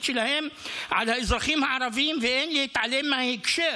שלהן על האזרחים הערבים ואין להתעלם מההקשר,